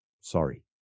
sorry